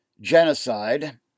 genocide